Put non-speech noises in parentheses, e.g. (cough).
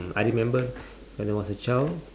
I remember (breath) when I was a child